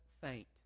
faint